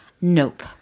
Nope